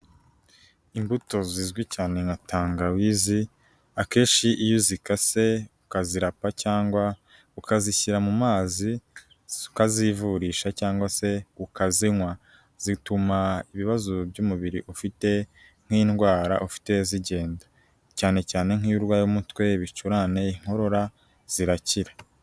Imbuto zizwi cyane nka tangawizi akenshi iyo uzikase ukazirapa cyangwa ukazishyira mu mazi, ukazivurisha cyangwa se ukazinywa zituma ibibazo by'umubiri ufite nk'indwara ufite zigenda cyane cyane nk'iyo urwaye, umutwe, bicurane, inkorora zirakira.